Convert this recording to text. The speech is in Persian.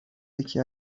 یکی